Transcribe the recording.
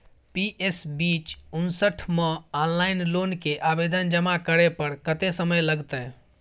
PS बीच उनसठ म ऑनलाइन लोन के आवेदन जमा करै पर कत्ते समय लगतै?